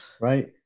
Right